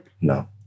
No